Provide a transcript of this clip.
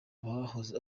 abakoze